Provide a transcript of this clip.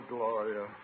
Gloria